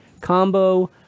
combo